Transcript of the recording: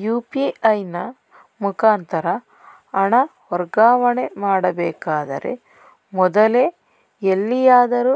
UPI ನ ಮುಖಾಂತರ ಹಣ ವರ್ಗಾವಣೆ ಮಾಡಬೇಕಾದರೆ ಮೊದಲೇ ಎಲ್ಲಿಯಾದರೂ